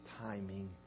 timing